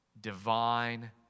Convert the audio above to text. divine